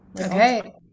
Okay